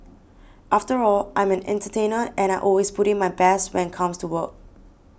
after all I'm an entertainer and I always put in my best when comes to work